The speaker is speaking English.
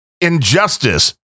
injustice